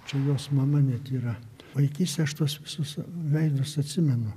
čia jos mama net yra vaikystėj aš tuos visus veidus atsimenu